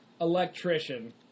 Electrician